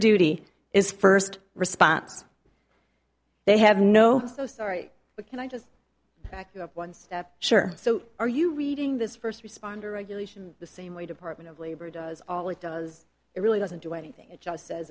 duty is first response they have no so sorry but can i just back up once sure so are you reading this first responder regulation the same way department of labor does all it does it really doesn't do anything it just says